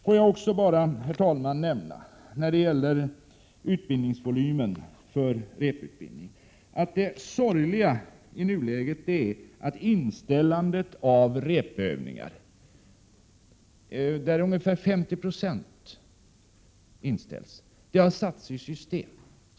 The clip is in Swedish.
Får jag också, herr talman, nämna när det gäller utbildningsvolymen för repetitionsutbildning att det sorgliga i nuläget är inställandet av repetitionsövningar. Ungefär 50 96 inställs. Det har satts i system.